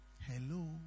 Hello